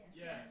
Yes